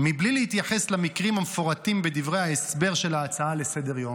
בלי להתייחס למקרים המפורטים בדברי ההסבר של ההצעה לסדר-היום,